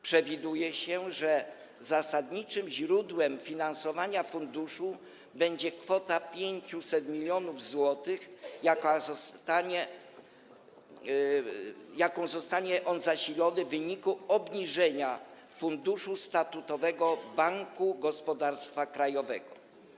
Przewiduje się, że zasadniczym źródłem finansowania funduszu będzie kwota 500 mln zł, jaką zostanie on zasilony w wyniku obniżenia funduszu statutowego Banku Gospodarstwa Krajowego.